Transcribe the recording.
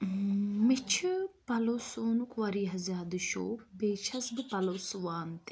مےٚ چھُ پَلو سُوونُک واریاہ زیادٕ شوق بیٚیہِ چھَس بہٕ پَلو سُوَان تہِ